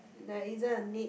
there isn't a need